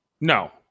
No